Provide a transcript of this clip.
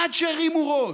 עד שהרימו ראש,